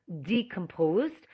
decomposed